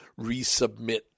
resubmit